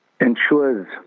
ensures